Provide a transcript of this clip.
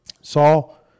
Saul